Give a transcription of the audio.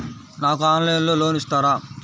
నాకు ఆన్లైన్లో లోన్ ఇస్తారా?